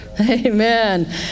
Amen